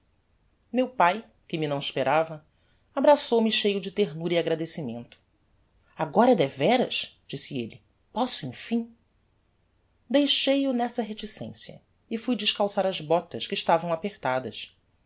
meu pae que me não esperava abraçou-me cheio de ternura e agradecimento agora é devéras disse elle posso emfim deixei-o nessa reticencia e fui descalçar as botas que estavam apertadas